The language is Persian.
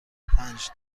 پنج